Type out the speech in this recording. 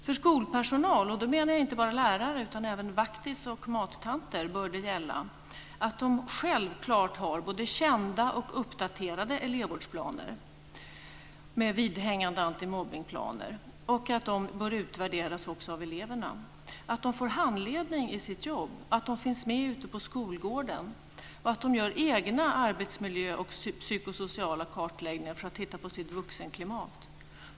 För skolpersonal, och då menar jag inte bara lärare utan även vaktmästare och mattanter, bör följande gälla. De ska självfallet ha både kända och uppdaterade elevvårdsplaner med vidhängande antimobbningsplaner som även bör utvärderas av eleverna. De måste få handledning i sitt jobb. De ska finnas med ute på skolgården. De ska också göra egna kartläggningar av arbetsmiljön och den psykosociala situationen för att titta på vuxenklimatet i skolan.